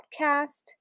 podcast